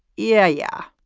yeah, yeah,